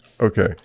okay